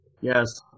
Yes